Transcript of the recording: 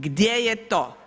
Gdje je to?